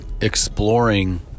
exploring